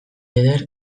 eder